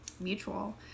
mutual